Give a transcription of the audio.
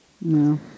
no